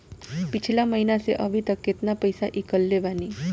पिछला महीना से अभीतक केतना पैसा ईकलले बानी?